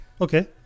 Okay